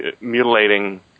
mutilating